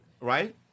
right